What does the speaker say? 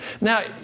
Now